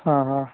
हां हां